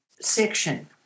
section